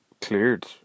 cleared